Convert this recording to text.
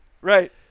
Right